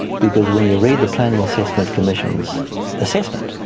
because when you read the planning assessment commission's assessment,